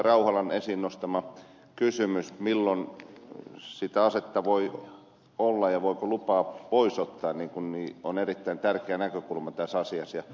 rauhalan esiin nostama kysymys milloin se ase voi olla ja voiko lupaa pois ottaa on erittäin tärkeä näkökulma tässä asiassa